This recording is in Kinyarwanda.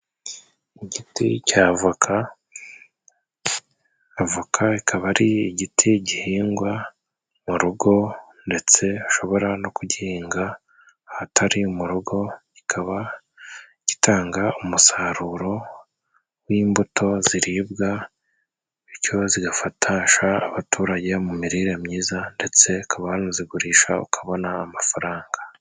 Igiti cya voka, avoka ikaba ari igiti gihingwa mu rugo, ndetse hashobora no kugihinga ahatari mu rugo, kikaba gitanga umusaruro w'imbuto ziribwa, bityo zigafasha abaturage mu mirire myiza, ndetse ukaba wanazigurisha ukabona amafaranga.